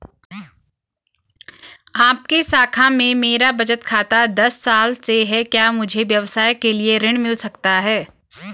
आपकी शाखा में मेरा बचत खाता दस साल से है क्या मुझे व्यवसाय के लिए ऋण मिल सकता है?